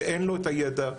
כשאין לו את הידע,